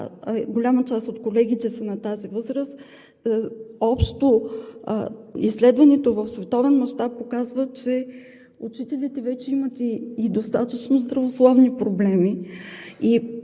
голяма част от колегите са на тази възраст, изследването в световен мащаб показва, че учителите имат и достатъчно здравословни проблеми.